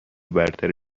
برتر